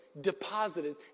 deposited